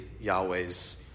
Yahweh's